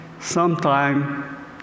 sometime